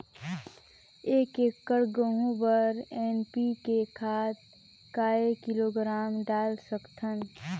एक एकड़ गहूं बर एन.पी.के खाद काय किलोग्राम डाल सकथन?